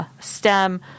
STEM